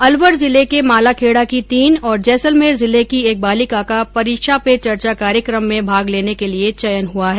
अलवर जिले के मालाखेडा की तीन और जैसलमेर जिले की एक बालिका का परीक्षा पे चर्चा कार्यकम में भाग लेने के लिए चयन हआ है